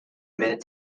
minute